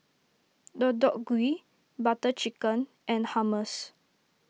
Deodeok Gui Butter Chicken and Hummus